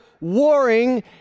warring